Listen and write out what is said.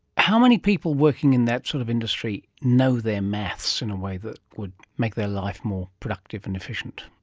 how many people working in that sort of industry know their maths in a way that would make their life more productive and efficient?